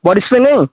body spray নেই